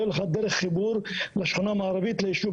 לא יהיה לך דרך חיבור לשכונה המערבית ליישוב.